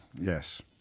Yes